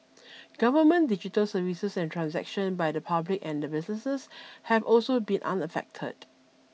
government digital services and transaction by the public and the businesses have also been unaffected